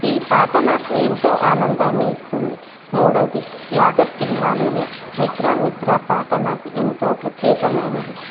ఈ పాట నాకు ఎంతో ఆనందాన్ని ఇస్తుంది మూడవది లాగర్ సినిమాలోని మిత్రా మిత్రా పాట నాకు ఎంతో ప్రత్యేకమైనది